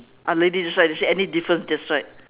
ah lady that side you see any difference that side